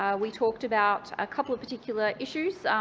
um we talked about a couple of particular issues.